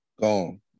gone